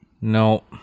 No